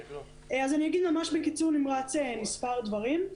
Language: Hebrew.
אני אומר ממש בקיצור מספר דברים.